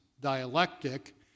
dialectic